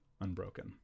unbroken